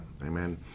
amen